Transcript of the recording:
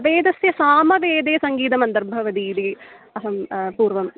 वेदस्य सामवेदे सङ्गीतमन्तर्भवति इति अहं पूर्वम्